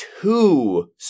two